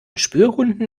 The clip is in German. spürhunden